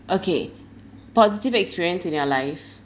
okay positive experience in your life